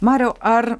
mariau ar